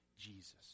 Jesus